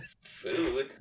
food